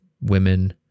women